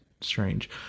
strange